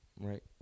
Right